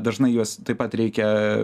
dažnai juos taip pat reikia